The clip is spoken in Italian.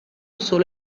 solo